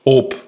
op